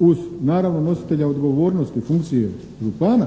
uz naravno nositelja odgovornosti funkcije župana,